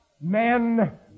men